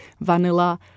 vanilla